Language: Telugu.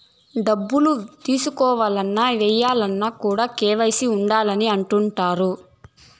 డబ్బులు తీసుకోవాలన్న, ఏయాలన్న కూడా కేవైసీ ఉండాలి అని అంటుంటారు